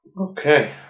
okay